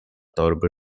torby